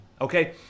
Okay